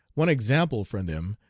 one example from them,